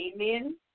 Amen